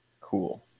Cool